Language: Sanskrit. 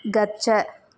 गच्छ